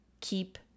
keep